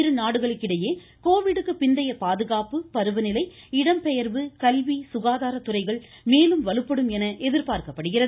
இருநாடுகளுக்கிடையே கோவிட்டுக்கு பிந்தைய பாதுகாப்பு பருவநிலை இடம்பெயர்வு கல்வி சுகாதார துறைகள் மேலும் வலுப்படும் என எதிர்பார்க்கப்படுகிறது